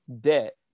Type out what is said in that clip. debt